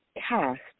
cast